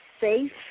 safe